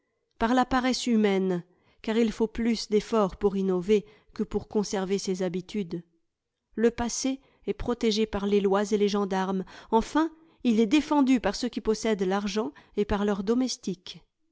par la paresse humaine car il faut plus d'efforts pour innover que pour conserver ses habitudes le passé est protégé par les lois et les gendarmes enfin il est défendu par ceux qui possèdent l'argent et par leurs domestiques